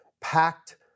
packed